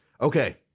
Okay